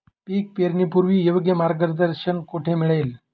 पीक पेरणीपूर्व योग्य मार्गदर्शन कुठे मिळेल?